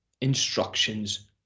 instructions